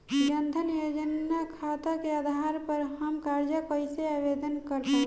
जन धन योजना खाता के आधार पर हम कर्जा कईसे आवेदन कर पाएम?